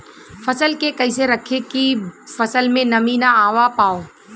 फसल के कैसे रखे की फसल में नमी ना आवा पाव?